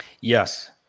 Yes